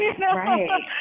Right